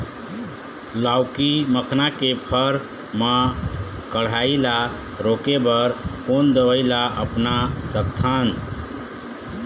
लाउकी मखना के फर मा कढ़ाई ला रोके बर कोन दवई ला अपना सकथन?